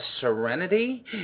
serenity